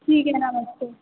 ठीक है नमस्ते